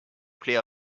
plais